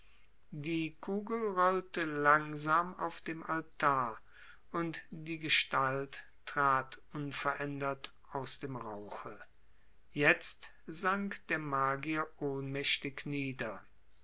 die kugel rollte langsam auf dem altar und die gestalt trat unverändert aus dem rauche jetzt sank der magier ohnmächtig nieder